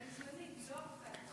אבל היא זמנית, היא לא ארוכת טווח.